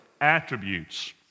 attributes